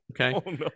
Okay